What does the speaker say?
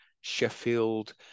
Sheffield